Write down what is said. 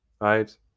right